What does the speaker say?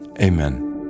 Amen